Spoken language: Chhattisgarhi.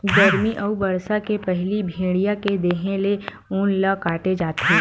गरमी अउ बरसा के पहिली भेड़िया के देहे ले ऊन ल काटे जाथे